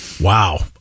wow